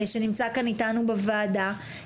שנמצא איתנו כאן בוועדה.